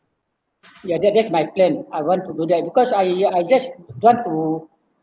ya that that's my plan I want to do that because I I just want to